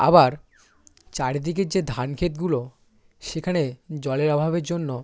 আবার চারিদিকের যে ধান ক্ষেতগুলো সেখানে জলের অভাবের জন্য